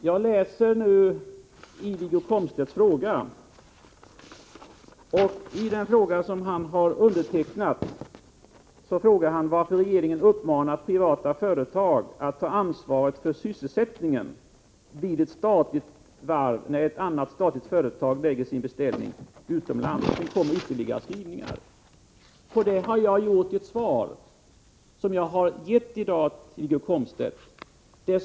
Herr talman! Jag läser återigen den fråga som Wiggo Komstedt har undertecknat. Efter den inledande texten frågar han varför regeringen uppmanar privata företag att ta ansvaret för sysselsättningen vid ett statligt varv när ett annat statligt företag lägger sin beställning utomlands. Med anledning av denna fråga har jag utarbetat ett svar, vilket jag alltså nyss har lämnat till Wiggo Komstedt.